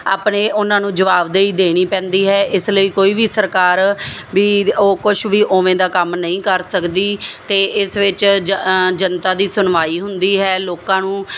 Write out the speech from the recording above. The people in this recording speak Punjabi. ਆਪਣੇ ਉਹਨਾਂ ਨੂੰ ਜਵਾਬਦੇਹੀ ਦੇਣੀ ਪੈਂਦੀ ਹੈ ਇਸ ਲਈ ਕੋਈ ਵੀ ਸਰਕਾਰ ਵੀ ਉਹ ਕੁਝ ਵੀ ਉਵੇਂ ਦਾ ਕੰਮ ਨਹੀਂ ਕਰ ਸਕਦੀ ਤੇ ਇਸ ਵਿੱਚ ਜਨਤਾ ਦੀ ਸੁਣਵਾਈ ਹੁੰਦੀ ਹੈ ਲੋਕਾਂ ਨੂੰ